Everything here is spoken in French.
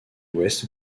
ouest